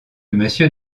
monsieur